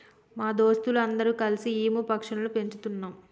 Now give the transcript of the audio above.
మా దోస్తులు అందరు కల్సి ఈము పక్షులని పెంచుతున్నాం